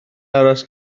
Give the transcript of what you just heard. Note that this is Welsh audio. aros